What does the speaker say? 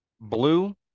Blue